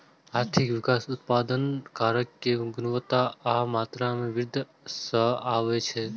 आर्थिक विकास उत्पादन कारक के गुणवत्ता आ मात्रा मे वृद्धि सं आबै छै